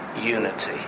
Unity